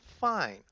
fine